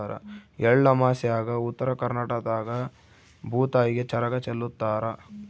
ಎಳ್ಳಮಾಸ್ಯಾಗ ಉತ್ತರ ಕರ್ನಾಟಕದಾಗ ಭೂತಾಯಿಗೆ ಚರಗ ಚೆಲ್ಲುತಾರ